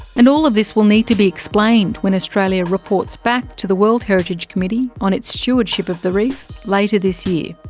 and all of this will need to be explained when australia reports back to the world heritage committee on its stewardship of the reef later this year.